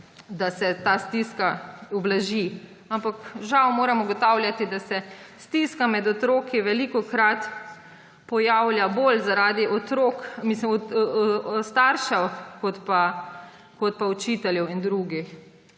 da se ta stiska ublaži. Ampak žal moramo ugotavljati, da se stiska med otroki velikokrat pojavlja bolj zaradi staršev kot pa učiteljev in drugih.